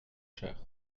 cher